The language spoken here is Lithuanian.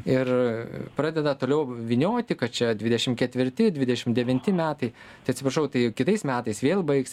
ir pradeda toliau vynioti kad čia dvidešim ketvirti dvidešim devinti metai tai atsiprašau tai kitais metais vėl baigs